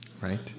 Right